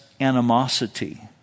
animosity